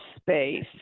space